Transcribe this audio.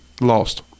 lost